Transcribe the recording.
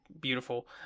beautiful